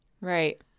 Right